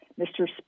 Mr